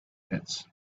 pits